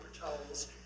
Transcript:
towels